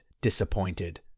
disappointed